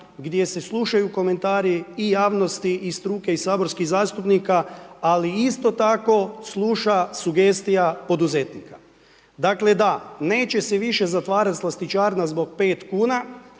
gdje se slušaju komentari i javnosti i struke i saborskih zastupnika ali isto tako sluša sugestija poduzetnika. Dakle, da, neće se više zatvarat slastičarna zbog 5 kuna,